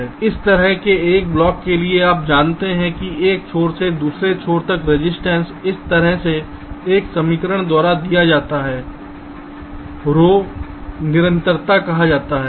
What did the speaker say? अब इस तरह के एक ब्लॉक के लिए आप जानते हैं कि एक छोर से दूसरे छोर तक रजिस्टेंस इस तरह से एक समीकरण द्वारा दिया जाता है ρ निरंतरता कहा जाता है